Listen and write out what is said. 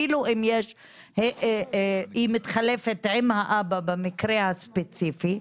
אפילו אם היא מתחלפת עם האבא במקרה הספציפי,